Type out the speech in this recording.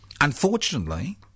Unfortunately